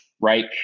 Right